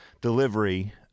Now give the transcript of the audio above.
delivery